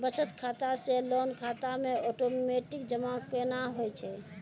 बचत खाता से लोन खाता मे ओटोमेटिक जमा केना होय छै?